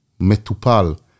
metupal